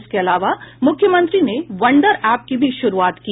इसके अलावा मुख्यमंत्री ने वंडर एप की भी शुरूआत की